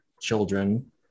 children